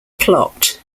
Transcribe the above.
plot